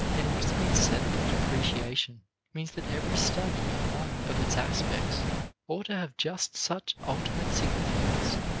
and what has been said about appreciation means that every study in one of its aspects ought to have just such ultimate significance.